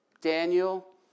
Daniel